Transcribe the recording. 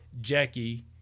Jackie